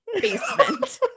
basement